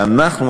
ואנחנו,